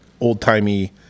old-timey